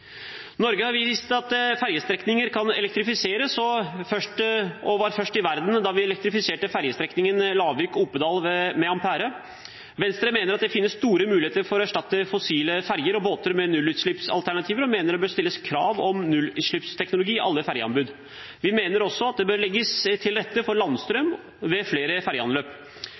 Norge har vist at fergestrekninger kan elektrifiseres, og vi var først i verden da vi elektrifiserte fergestrekningen Lavik–Oppedal med «Ampere». Venstre mener at det finnes store muligheter for å erstatte fossile ferger og båter med nullutslippsalternativer, og vi mener det bør stilles krav om nullutslippsteknologi i alle fergeanbud. Vi mener også at det bør legges til rette for landstrøm ved flere